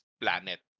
planet